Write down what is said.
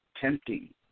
tempting